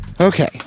Okay